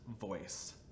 voice